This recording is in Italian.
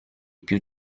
più